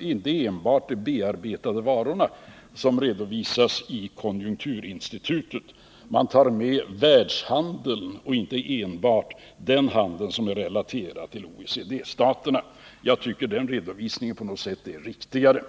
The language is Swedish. inte enbart de bearbetade varorna, som redovisas av Konjunkturinstitutet. Man tar med världshandeln och inte enbart den del som är relaterad till OECD-staterna. Jag tycker att den redovisningen på något sätt är riktigare.